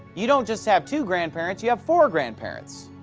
you don't just have two grandparents. you have four grandparents,